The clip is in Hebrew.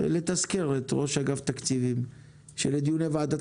לתזכר את ראש אגף תקציבים שלדיוני ועדת